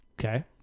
Okay